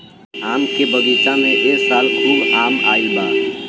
आम के बगीचा में ए साल खूब आम आईल बा